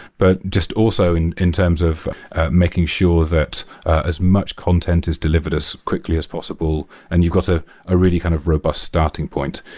but just also in in terms of making sure that as much content is delivered as quickly as possible and you got ah a really kind of robust starting point.